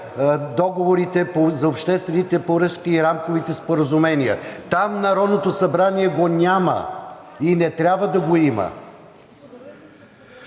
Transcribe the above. договорите за обществените поръчки и рамковите споразумения. Там Народното събрание го няма и не трябва да го има.